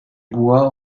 bois